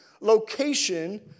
location